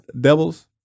devils